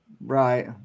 Right